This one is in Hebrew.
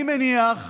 אני מניח,